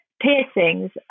piercings